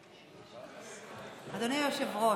שקורה, אדוני היושב-ראש,